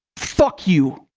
fuck you,